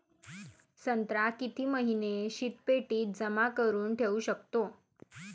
संत्रा किती महिने शीतपेटीत जमा करुन ठेऊ शकतो?